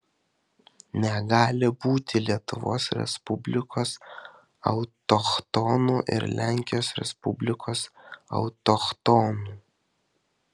negali būti lietuvos respublikos autochtonų ir lenkijos respublikos autochtonų